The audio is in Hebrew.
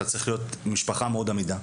אתה צריך להיות ממשפחה מאוד אמידה.